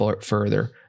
further